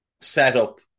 setup